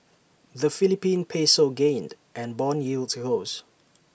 the Philippine Peso gained and Bond yields rose